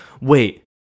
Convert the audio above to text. wait